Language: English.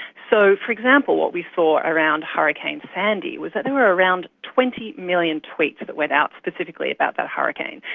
so, for example, what we saw around hurricane sandy was that there were around twenty million tweets that went out specifically about that hurricane.